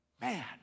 Man